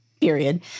period